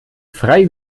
frei